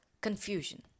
confusion